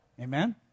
Amen